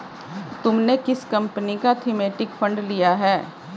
तुमने किस कंपनी का थीमेटिक फंड लिया है?